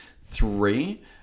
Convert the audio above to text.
three